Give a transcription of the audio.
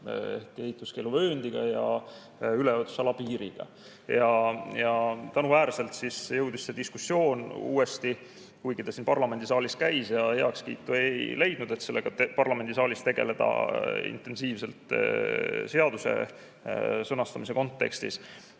ehk ehituskeeluvööndi ja üleujutusala piiriga. Tänuväärselt jõudis see diskussioon uuesti arutelule. Kuigi see teema siin parlamendisaalis käis ja heakskiitu ei leidnud, et sellega parlamendisaalis tegeleda intensiivselt seaduse sõnastamise kontekstis,